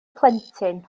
plentyn